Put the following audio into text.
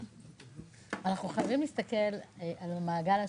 אנחנו חייבים להסתכל על המעגל השלם.